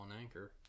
anchor